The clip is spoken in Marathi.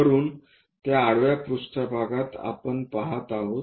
वरुन त्या आडव्या पृष्ठभागात आपण पहात आहोत